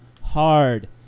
hard